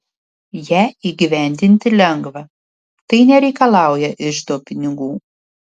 ją įgyvendinti lengva tai nereikalauja iždo pinigų